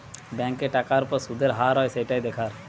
ব্যাংকে টাকার উপর শুদের হার হয় সেটাই দেখার